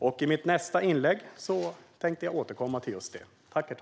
I mitt nästa inlägg tänkte jag återkomma till just det.